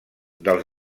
dels